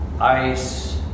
ice